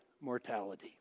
mortality